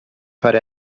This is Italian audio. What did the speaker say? fare